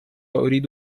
أريد